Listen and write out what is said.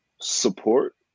support